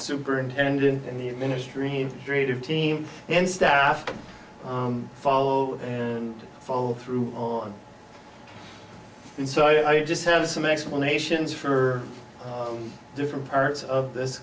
superintendent and the ministry need greed of team and staff to follow and follow through on and so i just have some explanations for different parts of this